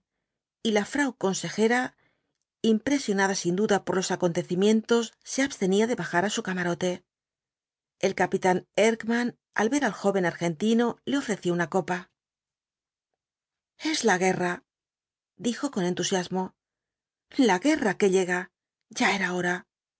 y la jfvau consejera impresionada sin duda por los acontecimientos se abstenía de bajar á su camarote el capitán erckmann al ver al joven argentino le ofreció una copa es la guerra dijo con entusiasmo la guerra que llega ya era hora